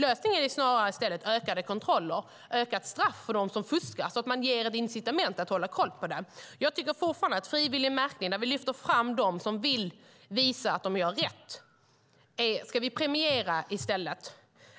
Lösningen är snarare ökade kontroller och ökade straff för dem som fuskar så att vi ger ett incitament att hålla koll på detta. Jag tycker fortfarande att vi i stället ska premiera en frivillig märkning, där vi lyfter fram dem som vill visa att de gör rätt.